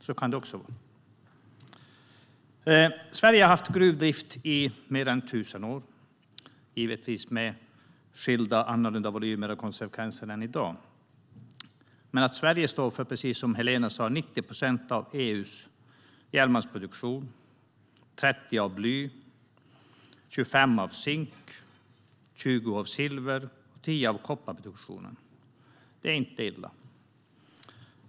Så kan det också gå. Sverige har haft gruvdrift i mer än 1 000 år, givetvis med skilda och annorlunda volymer och konsekvenser än i dag. Precis som Helena sa står Sverige för 90 procent av EU:s järnmalmsproduktion, 30 procent av blyproduktionen, 25 procent av zinkproduktionen, 20 procent av silverproduktionen och 10 procent av kopparproduktionen. Det är inte illa.